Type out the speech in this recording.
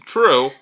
True